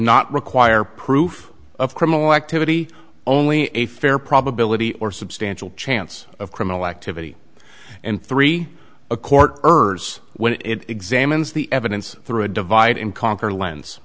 not require proof of criminal activity only a fair probability or substantial chance of criminal activity and three a court herb's when it examines the evidence through a divide and conquer l